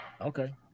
Okay